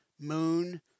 moon